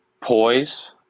poise